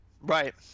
Right